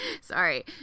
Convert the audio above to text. sorry